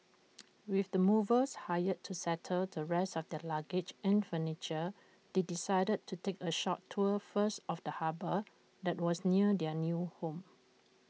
with the movers hired to settle the rest of their luggage and furniture they decided to take A short tour first of the harbour that was near their new home